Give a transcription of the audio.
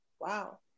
Wow